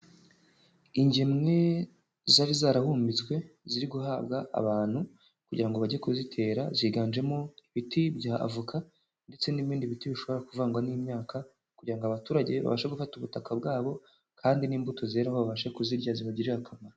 Ingemwe zari zarahunitswe, ziri guhabwa abantu kugira ngo bajye kuzitera. Ziganjemo ibiti bya avoka ndetse n'ibindi biti bishobora kuvangwa n'imyaka, kugira ngo abaturage babashe gufata ubutaka bwabo, kandi n'imbuto zeraho babashe kuzirya zibagirire akamaro.